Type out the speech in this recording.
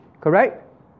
Correct